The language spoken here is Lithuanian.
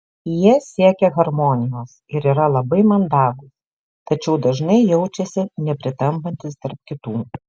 jie siekia harmonijos ir yra labai mandagūs tačiau dažnai jaučiasi nepritampantys tarp kitų